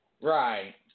Right